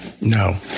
No